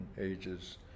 ages